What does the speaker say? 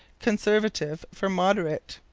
conservative for moderate.